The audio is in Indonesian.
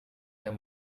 yang